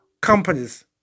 companies